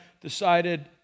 decided